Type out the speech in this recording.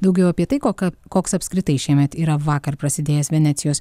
daugiau apie tai koka koks apskritai šiemet yra vakar prasidėjęs venecijos